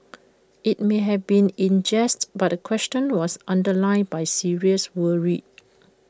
IT may have been in jest but the question was underlined by serious worry